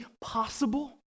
possible